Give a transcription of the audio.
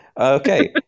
Okay